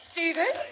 Stephen